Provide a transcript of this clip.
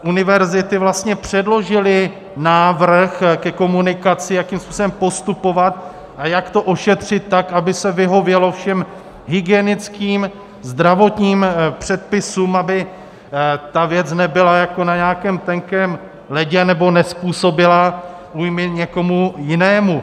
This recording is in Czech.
Univerzity vlastně předložily návrh ke komunikaci, jakým způsobem postupovat a jak to ošetřit tak, aby se vyhovělo všem hygienickým, zdravotním předpisům, aby ta věc nebyla jako na nějakém tenkém ledě nebo nezpůsobila újmy někomu jinému.